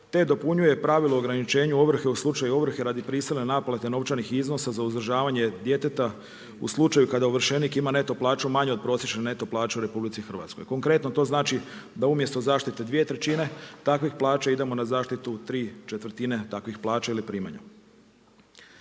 te dopunjuje pravilo ograničenje ovrhe u slučaju ovrhe radi pristojne naplate novčanih iznosa za uzdržavanje djeteta, u slučaju kada ovršenik ima neto plaću manju od prosječene neto plaće u RH. Konkretno to znači da umjesto zaštite 2/3 takvih plaća, idemo na zaštitu 3/4 takvih plaća ili primanja.